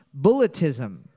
bulletism